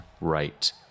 right